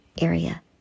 area